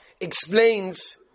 explains